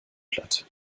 platt